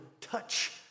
touch